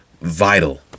vital